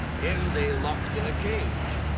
him they locked in a cage.